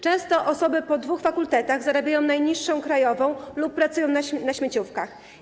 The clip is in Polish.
Często osoby po dwóch fakultetach zarabiają najniższą krajową lub pracują na śmieciówkach.